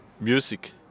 music